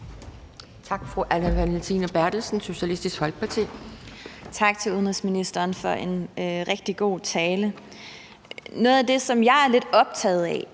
10:35 Anne Valentina Berthelsen (SF): Tak til udenrigsministeren for en rigtig god tale. Noget af det, som jeg er lidt optaget af,